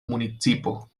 municipo